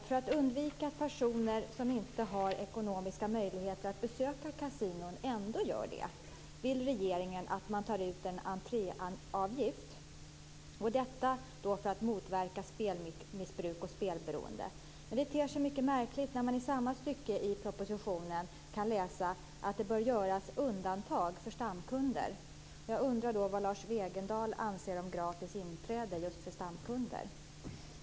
För att undvika att personer som inte har ekonomiska möjligheter att besöka kasinon ändå gör det vill regeringen att man tar ut en entréavgift. Detta för att motverka spelmissbruk och spelberoende. Men det ter sig mycket märkligt när man i samma stycke i propositionen kan läsa att det bör göras undantag för stamkunder. Jag undrar vad Lars Wegendal anser om gratis inträde för just stamkunder.